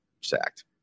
sacked